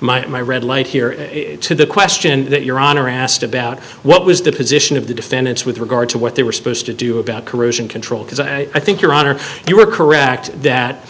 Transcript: my my redlight here to the question that your honor asked about what was the position of the defendants with regard to what they were supposed to do about corrosion control because i think your honor you are correct that